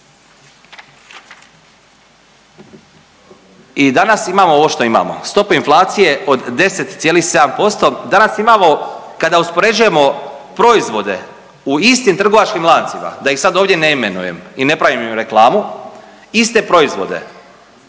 I danas imamo ovo što imamo, stopu inflacije od 10,7%. Danas imamo kada uspoređujemo proizvode u istim trgovačkim lancima, da ih sad ovdje ne imenujem i ne pravim im reklamu, iste proizvode